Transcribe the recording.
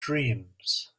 dreams